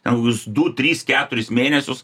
ten kokius du tris keturis mėnesius